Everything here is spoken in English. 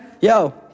Yo